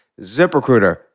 ZipRecruiter